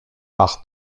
par